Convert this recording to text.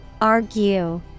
Argue